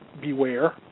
beware